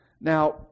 Now